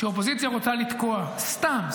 שכשאופוזיציה רוצה לתקוע סתם,